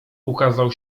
ukazał